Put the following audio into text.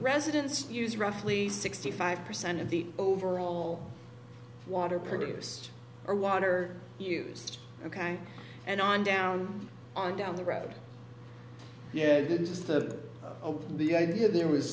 residents use roughly sixty five percent of the overall water produced or water use ok and on down on down the road yeah that is the over the idea there was